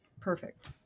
Perfect